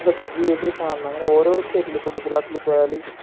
അതൊക്കെ ജീവിതത്തിൽ കാണണം അങ്ങനെ ഓരോ സ്റ്റേറ്റിൽ ഇപ്പം ഗുജറാത്തിൽ പോയാൽ